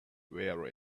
wear